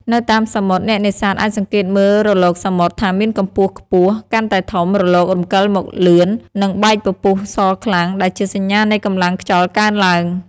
នៅតាមសមុទ្រ អ្នកនេសាទអាចសង្កេតមើលរលកសមុទ្រថាមានកម្ពស់ខ្ពស់ កាន់តែធំ រលករំកិលមកលឿន និងបែកពពុះសខ្លាំង ដែលជាសញ្ញានៃកម្លាំងខ្យល់កើនឡើង។